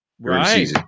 right